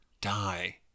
die